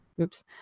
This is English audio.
Oops